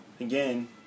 again